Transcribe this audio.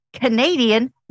Canadian